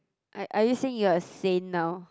I are you saying you are a saint now